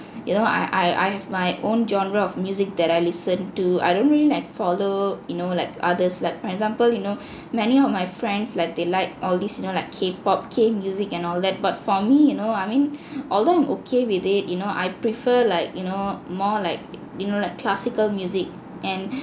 you know I I I have my own genre of music that I listen to I don't really like follow you know like others like for example you know many of my friends like they like all these you know like kpop K music and all that but for me you know I mean although I'm okay with it you know I prefer like you know more like you know like classical music and